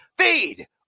feed